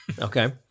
Okay